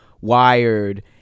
wired